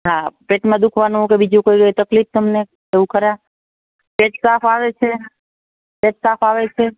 હ પેટમાં દુખવાનું કે બીજું કોઈ તકલીફ તમને એવું ખરા બેસતા ફાવે છે બેસતા ફાવે છે